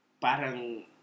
parang